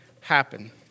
happen